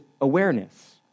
awareness